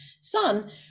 son